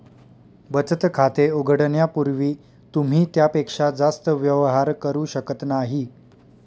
बचत खाते उघडण्यापूर्वी तुम्ही त्यापेक्षा जास्त व्यवहार करू शकत नाही